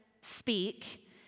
speak